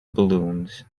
balloons